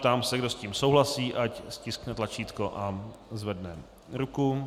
Ptám se, kdo s tím souhlasí, ať stiskne tlačítko a zvedne ruku.